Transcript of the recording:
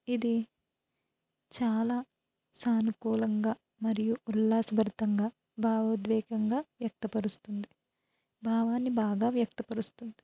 ఇది చాలా సానుకూలంగా మరియు ఉల్లాసభరితంగా భావోద్వేగంగా వ్యక్తపరుస్తుంది భావాన్ని బాగా వ్యక్తపరుస్తుంది